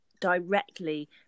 directly